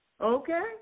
Okay